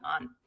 on